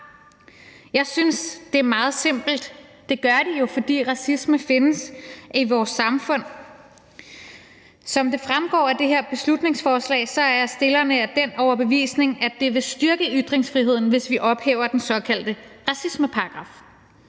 Jeg synes, det er meget simpelt; det gør det jo, fordi racisme findes i vores samfund. Som det fremgår af det her beslutningsforslag, er forslagsstillerne af den overbevisning, at det vil styrke ytringsfriheden, hvis vi ophæver den såkaldte racismeparagraf.